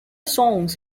songs